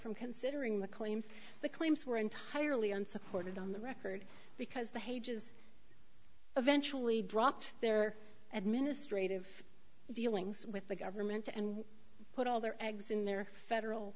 from considering the claims the claims were entirely unsupported on the record because the hage is eventually dropped their administrative dealings with the government and put all their eggs in their federal